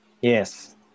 Yes